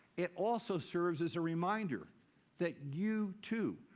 it also serves as a reminder that you, too,